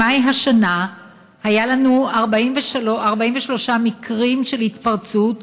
במאי השנה היו לנו 43 מקרים של התפרצות,